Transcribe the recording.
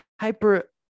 hyper